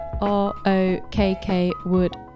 r-o-k-k-wood